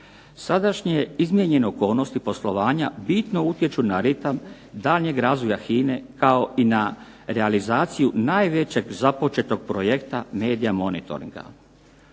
Sadašnje izmijenjene okolnosti poslovanja bitno utječu na ritam daljnjeg razvoja HINA-e kao i na realizaciju najvećeg započetog projekta medija monitoringa.